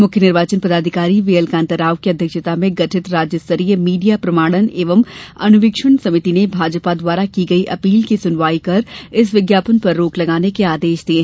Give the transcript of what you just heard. मुख्य निर्वाचन पदाधिकारी वी एल कान्ता राव की अध्यक्षता में गठित राज्य स्तरीय मीडिया प्रमाणन तथा अनुवीक्षण समिति ने भाजपा द्वारा की गई अपील की सुनवाई कर इस विज्ञापन पर रोक लगाने के आदेश दिये